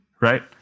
right